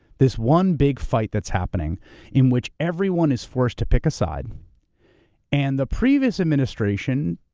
this one big fight that's happening in which everyone is forced to pick a side and the previous administration,